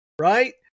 right